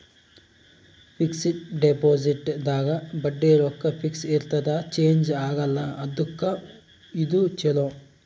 fix deposit ದಾಗ ಬಡ್ಡಿ ರೊಕ್ಕ ಫಿಕ್ಸ್ ಇರ್ತದ ಚೇಂಜ್ ಆಗಲ್ಲ ಅದುಕ್ಕ ಇದು ಚೊಲೊ